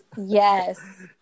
yes